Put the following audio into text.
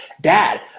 dad